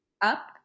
up